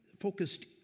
focused